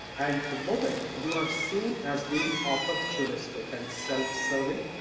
and the moment, you are seen as being opportunistic and self-serving.